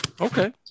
Okay